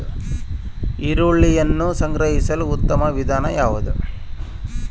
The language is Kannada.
ಈರುಳ್ಳಿಯನ್ನು ಸಂಗ್ರಹಿಸಲು ಉತ್ತಮ ವಿಧಾನ ಯಾವುದು?